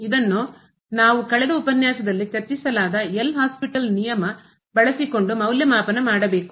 ಇದನ್ನು ನಾವು ಕಳೆದ ಉಪನ್ಯಾಸದಲ್ಲಿ ಚರ್ಚಿಸಲಾದ ಎಲ್ ಹಾಸ್ಪಿಟಲ್ಸ್ ನಿಯಮ L'Hospital rule ಬಳಸಿಕೊಂಡು ಮೌಲ್ಯಮಾಪನ ಮಾಡಬೇಕು